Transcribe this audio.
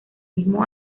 mismo